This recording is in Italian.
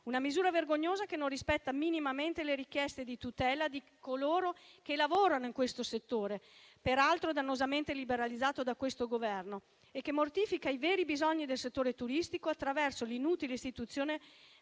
una misura vergognosa, che non rispetta minimamente le richieste di tutela di coloro che lavorano nel settore, peraltro dannosamente liberalizzato da questo Governo, e che mortifica i veri bisogni del settore turistico attraverso l'inutile istituzione